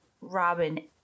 Robin